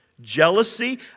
Jealousy